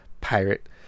pirate